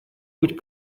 быть